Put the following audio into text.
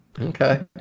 okay